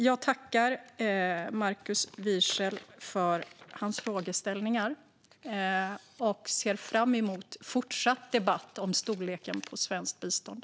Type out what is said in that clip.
Jag tackar Markus Wiechel för hans frågeställningar och ser fram emot fortsatt debatt om storleken på svenskt bistånd.